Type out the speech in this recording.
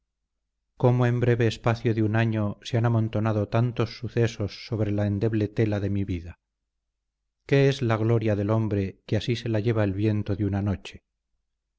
cómo en el breve espacio de un año se han amontonado tantos sucesos sobre la endeble tela de mi vida qué es la gloria del hombre que así se la lleva el viento de una noche